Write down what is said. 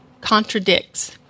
contradicts